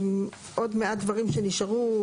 עוד מעט דברים שנשארו.